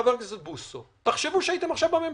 וחבר הכנסת בוסו, תחשבו שהייתם עכשיו בממשלה.